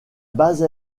base